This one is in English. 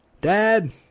Dad